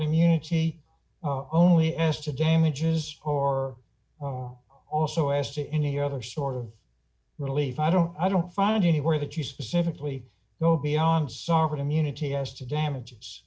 immunity are only asked to damages or are also asked to any other sort of relief i don't i don't find anywhere that you specifically go beyond sovereign immunity as to damage